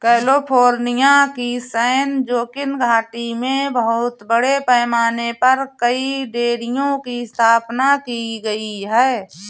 California की San Joaquin घाटी में बहुत बड़े पैमाने पर कई डेयरियों की स्थापना की गई है